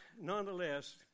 nonetheless